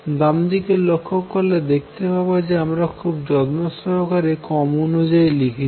বামদিকে লক্ষ্য করলে দেখতে পাবো যে আমরা খুব যত্ন সহকারে ক্রম অনুযায়ী লিখেছি